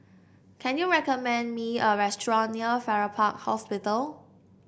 can you recommend me a restaurant near Farrer Park Hospital